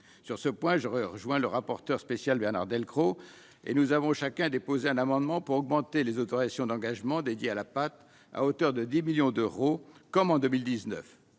sur ce point je rejoins le rapporteur spécial Bernard Delcros, et nous avons chacun déposé un amendement pour augmenter les autorisations d'engagement dédié à la pâte à hauteur de 10 millions d'euros, comme en 2019